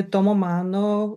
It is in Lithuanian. tomo mano